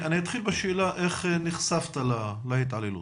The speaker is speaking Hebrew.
אני אתחיל בשאלה, איך נחשפת להתעללות?